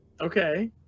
Okay